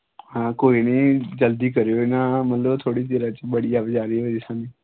हां कोई निं जल्दी करेओ इ'यां मतलब थोहड़ी चिरै च बड़ी अवाचारी होआ दी सानूं